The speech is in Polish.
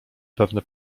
pewne